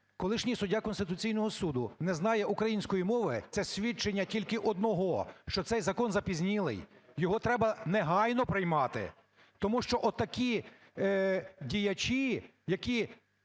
колишній суддя Конституційного Суду не знає української мови, це свідчення тільки одного, що цей закон запізнілий, його треба негайно приймати. Тому що отакі діячі, які